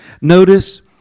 Notice